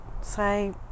say